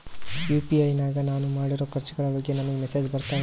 UPI ನಾಗ ನಾನು ಮಾಡಿರೋ ಖರ್ಚುಗಳ ಬಗ್ಗೆ ನನಗೆ ಮೆಸೇಜ್ ಬರುತ್ತಾವೇನ್ರಿ?